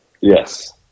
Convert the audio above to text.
Yes